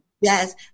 yes